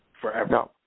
forever